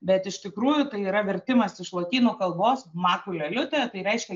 bet iš tikrųjų tai yra vertimas iš lotynų kalbos matulio liute tai reiškia